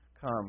come